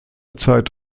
zeit